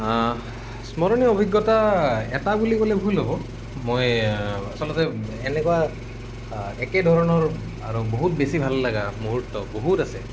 স্মৰণীয় অভিজ্ঞতা এটা বুলি ক'লে ভুল হ'ব মই আচলতে এনেকুৱা একেধৰণৰ আৰু বহুত বেছি ভাল লগা মুহূৰ্ত বহুত আছে